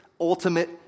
ultimate